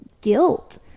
guilt